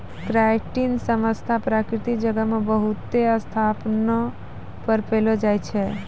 chitin समस्त प्रकृति जगत मे बहुते स्थानो पर पैलो जाय छै